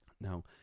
Now